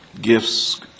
gifts